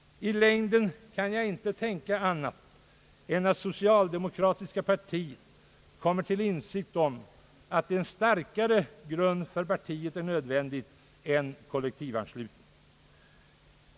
Jag kan inte tänka mig annat än att socialdemokratiska partiet måste komma till insikt om att i längden en starkare grund för partiet är nödvändig än kollektivanslutningen.